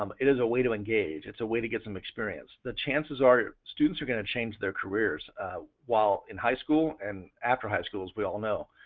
um it is a way to engage, it's a way to get some experience. the chances are students are going to change their careers while in high school and high school as we all know.